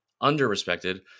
under-respected